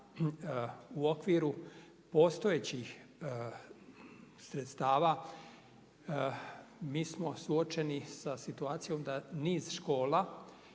u okviru postojećih sredstava mi smo suočeni sa situacijom da niz škola